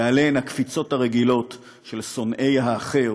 ועליהן הקפיצות הרגילות של שונאי האחר,